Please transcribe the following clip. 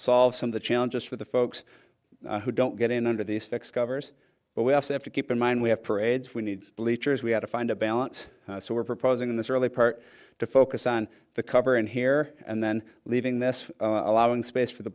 solve some of the challenges for the folks who don't get in under the covers but we also have to keep in mind we have parades we need bleachers we have to find a balance so we're proposing in the early part to focus on the cover and here and then leaving this allowing space for the